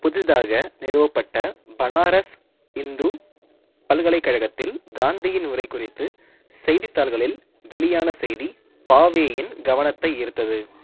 புதிதாக நிறுவப்பட்ட பனாரஸ் இந்து பல்கலைக்கழகத்தில் காந்தியின் உரை குறித்து செய்தித்தாள்களில் வெளியான செய்தி பாவேயின் கவனத்தை ஈர்த்தது